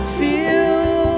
feel